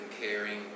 caring